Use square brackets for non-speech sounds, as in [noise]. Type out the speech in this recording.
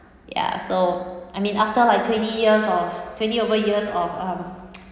ya so I mean after like twenty years or twenty over years of um [noise]